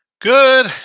Good